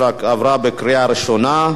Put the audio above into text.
2012,